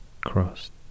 crossed